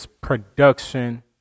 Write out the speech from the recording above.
production